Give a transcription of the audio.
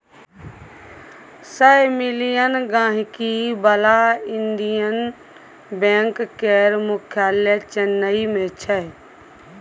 सय मिलियन गांहिकी बला इंडियन बैंक केर मुख्यालय चेन्नई मे छै